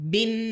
Bin